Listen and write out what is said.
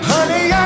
Honey